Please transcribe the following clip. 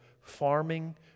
farming